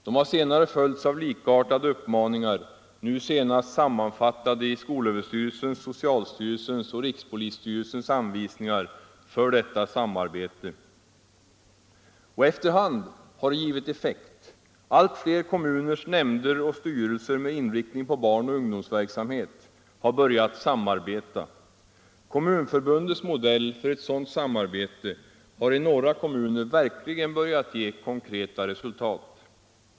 De har senare följts av likartade uppmaningar, nu senast'sammanfattade i SÖ:s, socialstyrelsens och rikspolisstyrelsens anvisningar för detta samarbete. Och efter hand har det givit effekt: allt fler kommuners nämnder och styrelser med inriktning på barn och ungdomsverksamhet har börjat samarbeta. Kommunförbundets modell för ett sådant samarbete har i några kommuner verkligen börjat ge konkreta resultat.